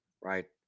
right